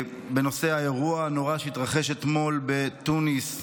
בנושא האירוע הנורא שהתרחש אתמול בתוניס,